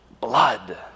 blood